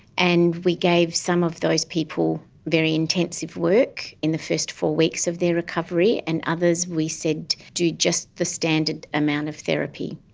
and we gave some of those people very intensive work in the first four weeks of their recovery and others we said do just the standard amount of therapy.